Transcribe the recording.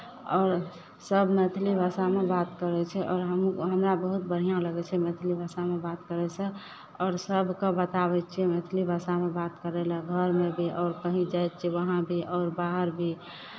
आओर सभ मैथिली भाषामे बात करै छै आओर हमहूँ हमरा बहुत बढ़िआँ लगै छै मैथिली भाषामे बात करयसँ आओर सभके बताबै छियै मैथिली भाषामे बात करय लेल घरमे भी आओर कहीँ जाइ छियै वहाँ भी आओर बाहर भी